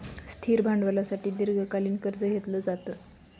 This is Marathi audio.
स्थिर भांडवलासाठी दीर्घकालीन कर्ज घेतलं जातं